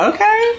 Okay